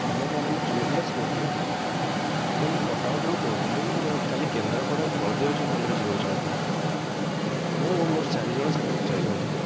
ଆଜ୍ଞା ଭାଇନା ମୁଁ ସୁନିଲ ଦାସ କହୁଥିଲି ଆଜ୍ଞା ମୁଁ ପଟ୍ଟାମୁଣ୍ଡେଇରୁ କହୁଥିଲି ମୁଁ କାଲି କେନ୍ଦ୍ରାପଡ଼ା ବଳଦେବ ଜୀବ ମନ୍ଦିର ଯିବାକୁ ଚାହୁଁଥିଲି ମୁଁ ମୋର ଚାରିଜଣ ସାଙ୍ଗ ଯାଇଥାନ୍ତୁ